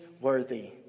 worthy